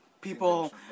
People